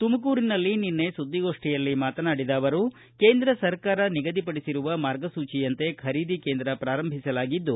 ತುಮಕೂರಿನಲ್ಲಿ ನಿನ್ನೆ ಸುದ್ದಿಗೋಷ್ಠಿಯಲ್ಲಿ ಮಾತನಾಡಿದ ಅವರು ಕೇಂದ್ರ ಸರ್ಕಾರ ನಿಗದಿಪಡಿಸಿರುವ ಮಾರ್ಗಸೂಚಿಯಂತೆ ಖರೀದಿ ಕೇಂದ್ರ ಪ್ರಾರಂಭಿಸಲಾಗಿದ್ದು